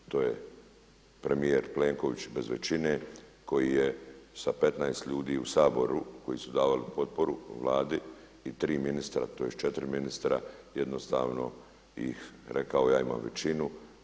To je premijer Plenković bez većine koji je sa 15 ljudi u Saboru koji su davali potporu Vladi i tri ministra tj. četiri ministra jednostavno rekao ja imam većinu.